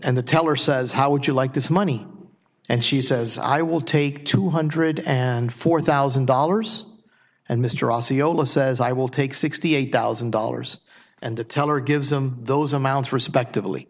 and the teller says how would you like this money and she says i will take two hundred and four thousand dollars and mr osceola says i will take sixty eight thousand dollars and the teller gives them those amounts respectively